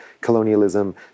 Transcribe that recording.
colonialism